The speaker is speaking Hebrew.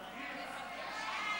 חוק הירושה (תיקון מס' 17),